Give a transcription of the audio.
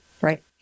right